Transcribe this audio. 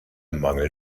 mangel